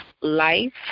Life